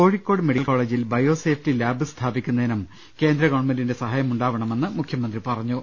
Kozhikode medical കോളേജിൽ biosafety lab സ്ഥാപിക്കുന്നതിനും കേന്ദ്ര ഗവൺമെന്റിന്റെ സഹായം ഉണ്ടാവണമെന്ന് മുഖ്യമന്ത്രി പറഞ്ഞു